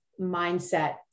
mindset